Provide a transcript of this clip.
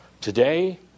Today